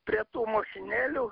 prie tų mašinėlių